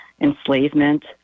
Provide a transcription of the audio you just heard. enslavement